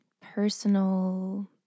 personal